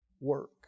work